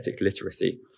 literacy